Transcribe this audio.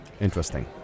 interesting